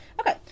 Okay